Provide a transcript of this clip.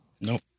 Nope